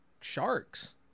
Sharks